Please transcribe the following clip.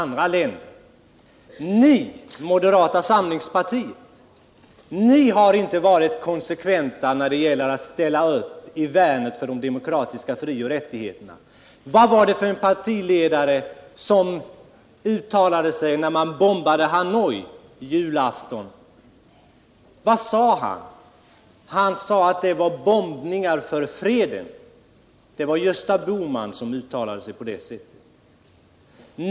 Ni i moderata samlingspartiet har inte varit konsekventa när det gällt att ställa upp till värn för de demokratiska fri och rättigheterna. Vilken partiledare var det som uttalade sig när man bombade Hanoi en julafton och sade att det var bombningar för freden? Det var Gösta Bohman som uttalade sig på det sättet.